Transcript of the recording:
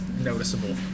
noticeable